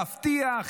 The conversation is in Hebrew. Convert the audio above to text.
להבטיח,